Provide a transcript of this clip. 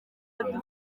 dufasha